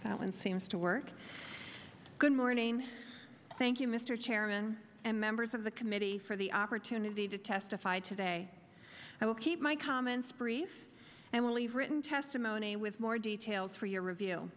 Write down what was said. cell and seems to work good morning thank you mr chairman and members of the committee for the opportunity to testify today i will keep my comments brief and leave written testimony with more details for your review